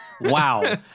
wow